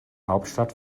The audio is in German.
hauptstadt